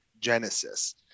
genesis